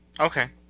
Okay